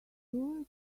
sure